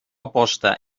aposta